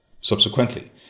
subsequently